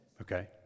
Okay